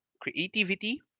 creativity